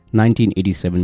1987